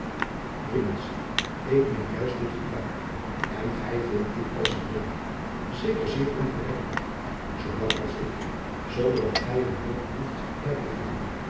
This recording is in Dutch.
juist dit gebruik en gij vindt dit als een hollander zeker zeer ongerijmd zoowel als ik zonder dat gij er een woord behoeft bij te voegen